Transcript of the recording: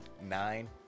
nine